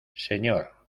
señor